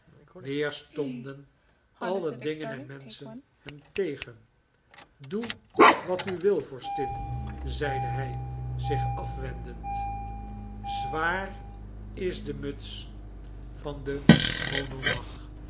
weer stonden alle dingen en menschen hem tegen doe wat u wil vorstin zeide hij zich afwendend zwaar is de muts van den